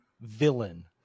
villain